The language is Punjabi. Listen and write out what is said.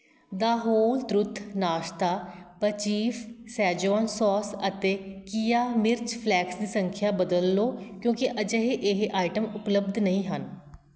ਦ ਹੋਲ ਟਰੂਥ ਨਾਸ਼ਤਾ ਬਚੀਫ਼ ਸ਼ੈਜ਼ਵਾਨ ਸੌਸ ਅਤੇ ਕੀਆ ਮਿਰਚ ਫਲੈਕਸ ਦੀ ਸੰਖਿਆ ਬਦਲ ਲਓ ਕਿਉਂਕਿ ਅਜਿਹੇ ਇਹ ਆਈਟਮ ਉਪਲੱਬਧ ਨਹੀਂ ਹਨ